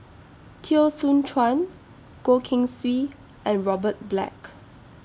Teo Soon Chuan Goh Keng Swee and Robert Black